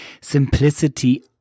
Simplicity